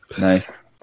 Nice